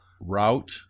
route